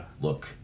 look